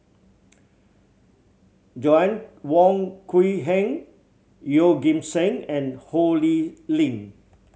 Joanna Wong Quee Heng Yeoh Ghim Seng and Ho Lee Ling